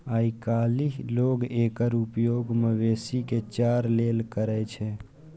आइकाल्हि लोग एकर उपयोग मवेशी के चारा लेल करै छै